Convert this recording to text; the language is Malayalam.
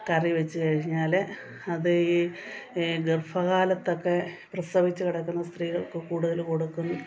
കറി വെച്ചു കഴിഞ്ഞാൽ അത് ഈ ഗർഭ കാലത്തൊക്കെ പ്രസവിച്ചു കിടക്കുന്ന സ്ത്രീകൾക്ക് കൂടുതൽ കൊടുക്കും